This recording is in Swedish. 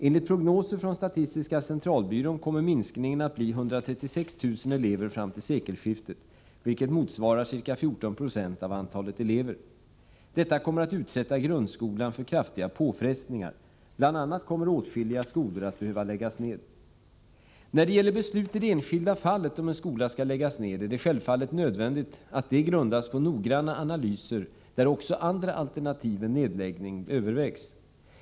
Enligt prognoser från statistiska centralbyrån kommer minskningen att bli 136 000 elever fram till sekelskiftet, vilket motsvarar ca 14 96 av antalet elever. Detta kommer att utsätta grundskolan för kraftiga påfrestningar. Bl. a. kommer åtskilliga skolor att behöva läggas ned. När det gäller beslut i det enskilda fallet om en skola skall läggas ned är det självfallet nödvändigt att det grundas på noggranna analyser, där också andra alternativ än nedläggning övervägs.